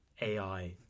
AI